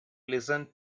listen